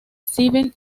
seven